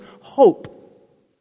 hope